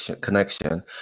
connection